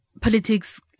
politics